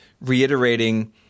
reiterating